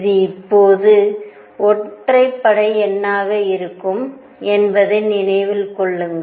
இது எப்போதும் ஒற்றைப்படை எண்ணாக இருக்கும் என்பதை நினைவில் கொள்ளுங்கள்